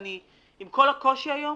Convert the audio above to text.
עם כל הקושי היום,